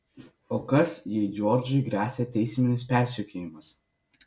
o kas jei džordžui gresia teisminis persekiojimas